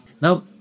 Now